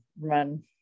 run